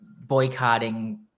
boycotting